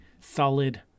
solid